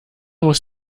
muss